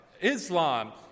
Islam